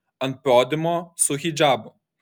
ant podiumo su hidžabu